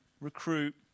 recruit